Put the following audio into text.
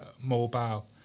mobile